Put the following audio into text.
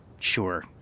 Sure